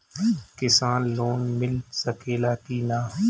किसान लोन मिल सकेला कि न?